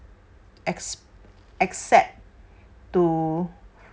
ex~ except to